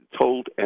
told